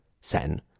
Sen